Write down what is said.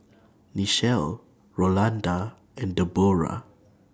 Nichelle Rolanda and Debroah